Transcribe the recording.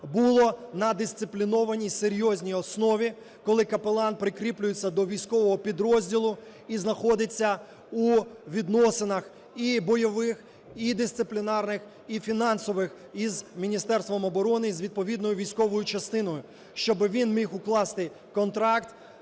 було на дисциплінованій, серйозній основі, коли капелан прикріплюється до військового підрозділу і знаходиться у відносинах – і бойових, і дисциплінарних, і фінансових – із Міністерством оборони і з відповідною військовою частиною, щоби він міг укласти контракт